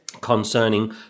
concerning